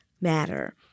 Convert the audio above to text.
matter